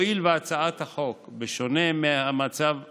הואיל והצעת החוק, בשונה מהמצב כיום,